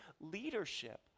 leadership